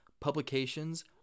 publications